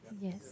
Yes